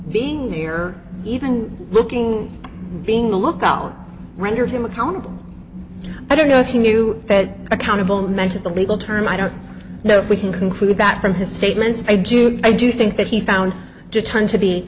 being near even looking being the lookout rendered him accountable i don't know if he knew that accountable meant as a legal term i don't know if we can conclude that from his statements by june i do think that he found to turn to be